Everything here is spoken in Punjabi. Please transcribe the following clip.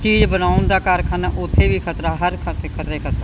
ਚੀਜ਼ ਬਣਾਉਣ ਦਾ ਕਾਰਖਾਨਾ ਉੱਥੇ ਵੀ ਖਤਰਾ ਹਰ ਥਾਂ 'ਤੇ ਖਤਰਾ ਹੀ ਖਤਰਾ